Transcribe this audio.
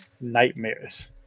nightmares